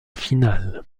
final